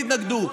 תתנגדו,